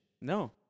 No